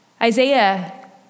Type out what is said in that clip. Isaiah